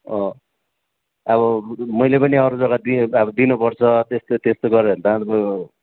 अँ अब मैले पनि अरू जग्गा दिनुपर्छ त्यस्तो त्यस्तो गऱ्यो भने त